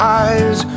eyes